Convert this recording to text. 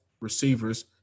receivers